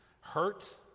Hurt